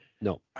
no